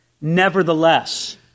nevertheless